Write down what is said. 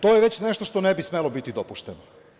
To je već nešto što ne bi smelo biti dopušteno.